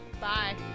Bye